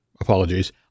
apologies